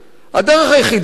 הדרך היחידה היא,